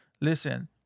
Listen